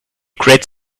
great